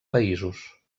països